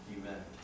Amen